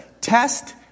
test